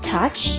Touch